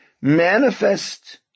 manifest